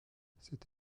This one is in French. cette